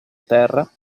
terra